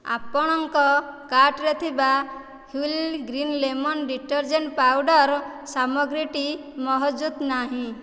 ଆପଣଙ୍କ କାର୍ଟ୍ରେ ଥିବା Wheel green lemon detergent powder ସାମଗ୍ରୀଟି ମହଜୁଦ ନାହିଁ